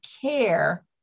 care